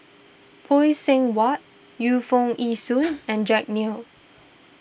Phay Seng Whatt Yu Foo Yee Shoon and Jack Neo